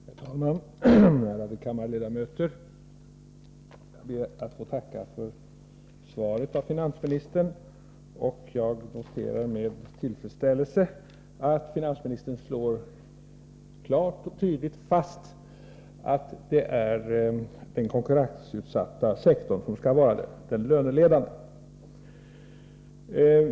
Herr talman! Ärade kammarledamöter! Jag ber att få tacka för finansministerns svar. Jag noterar med tillfredsställelse att finansministern klart och tydligt slår fast att det är den konkurrensutsatta sektorn som skall vara löneledande.